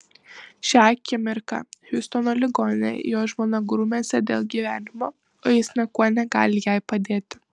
šią akimirką hjustono ligoninėje jo žmona grumiasi dėl gyvenimo o jis niekuo negali jai padėti